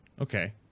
Okay